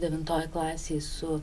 devintoj klasėj su